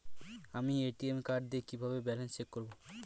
আমি ATM card দিয়ে কিভাবে ব্যালেন্স চেক করব?